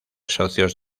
socios